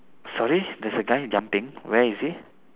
sorry there's a guy jumping where is he